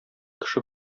кеше